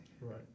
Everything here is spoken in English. Right